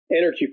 energy